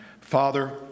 Father